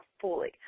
fully